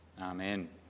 Amen